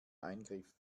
eingriff